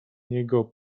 niego